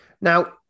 now